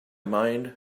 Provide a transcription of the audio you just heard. mind